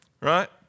right